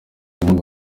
inkunga